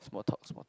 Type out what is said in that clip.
small talk small talk